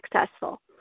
successful